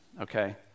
okay